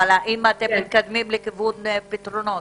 אבל האם אתם מתקדמים לכיוון פתרונות?